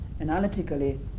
analytically